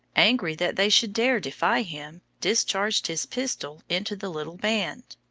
angry that they should dare defy him, discharged his pistol into the little band.